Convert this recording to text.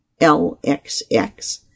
LXX